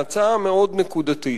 הצעה מאוד נקודתית.